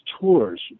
tours